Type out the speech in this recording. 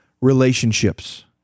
relationships